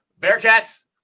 Bearcats